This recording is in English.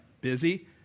Busy